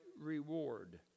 reward